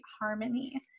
harmony